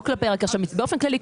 באופן כללי,